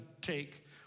take